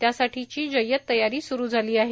त्यासाठीची जय्यत तयारी स्रु झाली आहे